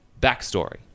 backstory